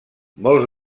molts